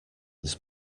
this